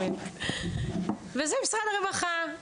וזה משרד הרווחה.